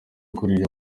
kuririra